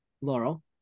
Laurel